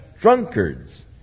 drunkards